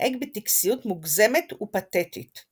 המתנהג בטקסיות מוגזמת ופתטית.